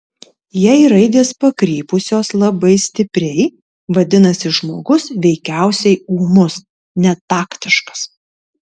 jei raidės pakrypusios labai stipriai vadinasi žmogus veikiausiai ūmus netaktiškas